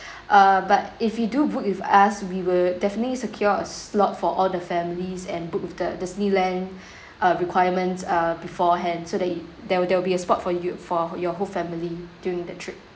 uh but if you do book with us we will definitely secure a slot for all the families and book with the disneyland uh requirements err beforehand so that you there will there will be a spot for you for your whole family during the trip